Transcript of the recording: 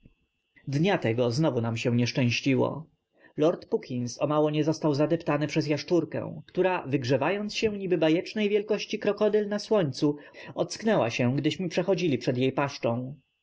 dnia tego znowu się nam nieszczęściło lord puckins omało nie został zadeptany przez jaszczurkę która wygrzewając się niby bajecznej wielkości krokodyl na słońcu ocknęła się gdyśmy przechodzili przed jej paszczą